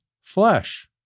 flesh